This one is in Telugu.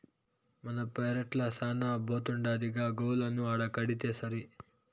మన పెరట్ల శానా బోతుండాదిగా గోవులను ఆడకడితేసరి